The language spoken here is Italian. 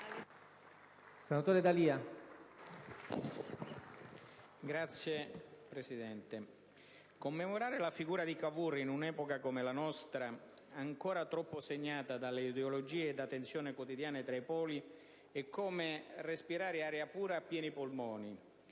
commemorare la figura di Cavour in un'epoca come la nostra, ancora troppo segnata dalle ideologie e da tensioni quotidiane tra i poli, è come respirare aria pura a pieni polmoni.